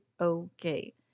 okay